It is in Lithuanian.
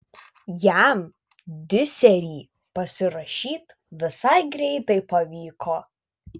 jam diserį pasirašyt visai greitai pavyko